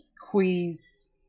quiz